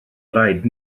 rhaid